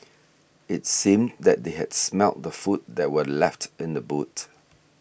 it seemed that they had smelt the food that were left in the boot